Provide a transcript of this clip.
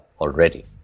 already